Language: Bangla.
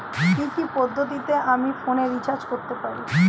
কি কি পদ্ধতিতে আমি ফোনে রিচার্জ করতে পারি?